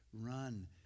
run